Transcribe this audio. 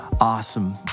awesome